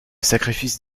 sacrifice